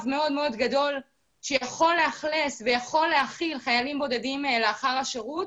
מאוד מאוד גדול שיכול לאכלס ולהכיל חיילים בודדים לאחר השירות,